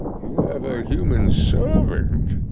you have a human servant?